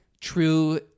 true